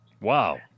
Wow